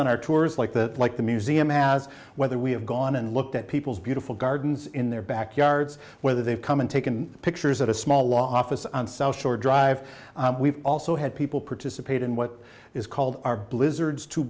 on our tours like the like the museum has whether we have gone and looked at people's beautiful gardens in their backyards whether they've come and taken pictures of a small office on so short drive we've also had people participate in what is called our blizzards t